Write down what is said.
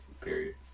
period